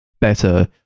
better